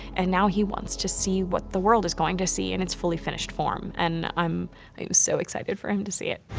and now he wants to see what the world is going to see in its fully finished form, and i'm so excited for him to see it!